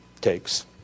takes